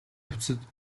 явцад